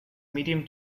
medium